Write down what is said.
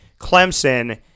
Clemson